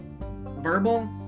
verbal